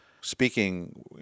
speaking